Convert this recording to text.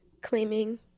claiming